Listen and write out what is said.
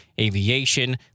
aviation